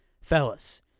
fellas